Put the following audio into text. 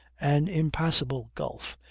an impassable gulf,